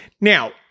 Now